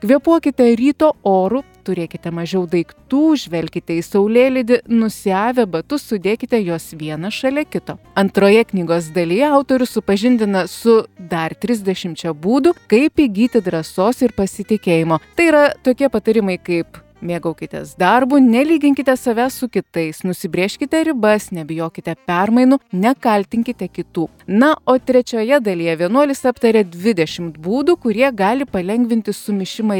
kvėpuokite ryto oru turėkite mažiau daiktų žvelkite į saulėlydį nusiavę batus sudėkite juos vieną šalia kito antroje knygos dalyje autorius supažindina su dar trisdešimčia būdų kaip įgyti drąsos ir pasitikėjimo tai yra tokie patarimai kaip mėgaukitės darbu nelyginkite savęs su kitais nusibrėžkite ribas nebijokite permainų nekaltinkite kitų na o trečioje dalyje vienuolis aptaria dvidešimt būdų kurie gali palengvinti sumišimą